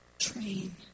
train